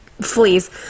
fleas